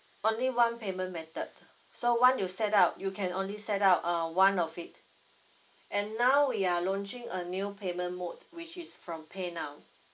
only one payment method so one you set up you can only set up uh one of it and now we are launching a new payment mode which is from paynow